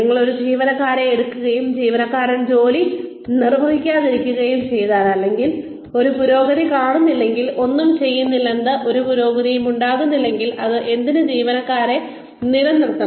നിങ്ങൾ ഒരു ജീവനക്കാരനെ എടുക്കുകയും ജീവനക്കാരൻ ജോലി നിർവഹിക്കാതിരിക്കുകയും ചെയ്താൽ അല്ലെങ്കിൽ ഒരു പുരോഗതിയും കാണിക്കുന്നില്ലെങ്കിൽ ഒന്നും ചെയ്യുന്നില്ലെങ്കിൽ ഒരു പുരോഗതിയും ഉണ്ടാക്കുന്നില്ലെങ്കിൽ പിന്നെ എന്തിന് ജീവനക്കാരനെ നിലനിർത്തണം